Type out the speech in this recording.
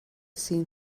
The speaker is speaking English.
seen